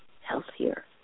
healthier